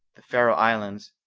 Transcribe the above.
the faroe islands,